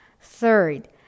Third